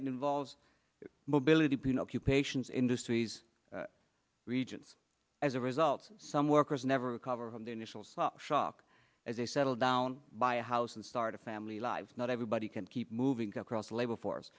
involves mobility pinocchio patients industries regions as a result some workers never recover from the initial shock as they settle down buy a house and start a family lives not everybody can keep moving across labor force